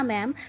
Ma'am